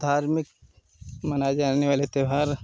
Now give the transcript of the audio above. धार्मिक मनाए जाने वाले त्योहार